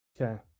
Okay